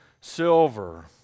silver